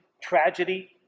tragedy